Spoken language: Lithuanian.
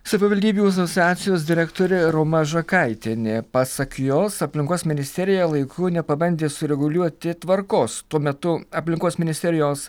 savivaldybių asociacijos direktorė roma žakaitienė pasak jos aplinkos ministerija laiku nepabandė sureguliuoti tvarkos tuo metu aplinkos ministerijos